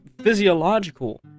physiological